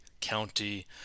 county